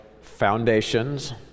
foundations